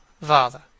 father